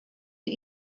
you